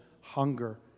hunger